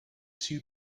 too